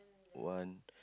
one